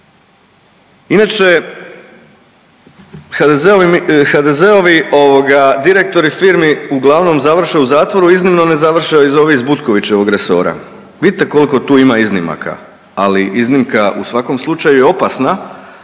Inače HDZ-ovi ovoga direktori firmi uglavnom završe u zatvoru, iznimno ne završe ovi iz Butkovićevog resora. Vidite koliko tu ima iznimaka, ali iznimka u svakom slučaju je opasna